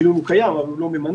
אפילו אם הוא קיים אבל הוא לא ממנה,